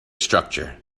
structure